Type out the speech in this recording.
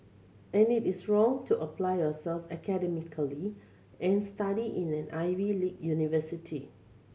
and it is wrong to apply yourself academically and study in an Ivy league university